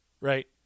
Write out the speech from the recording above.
Right